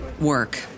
work